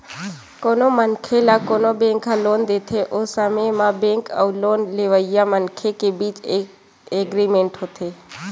कोनो मनखे ल कोनो बेंक ह लोन देथे ओ समे म बेंक अउ लोन लेवइया मनखे के बीच म एग्रीमेंट होथे